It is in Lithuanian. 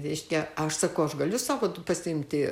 reiškia aš sakau aš galiu savo pasiimti